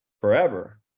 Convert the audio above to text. forever